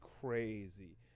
crazy